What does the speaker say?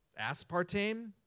Aspartame